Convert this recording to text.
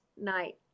night